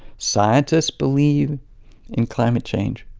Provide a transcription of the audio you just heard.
scientists believe in climate change.